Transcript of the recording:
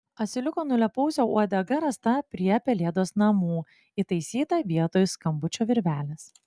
asiliuko nulėpausio uodega rasta prie pelėdos namų įtaisyta vietoj skambučio virvelės